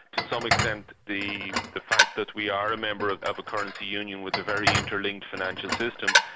to some extent the the fact that we are a member of of a currency union with a very interlinked financial system